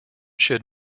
should